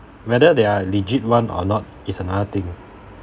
whether there are legit [one] or not is another thing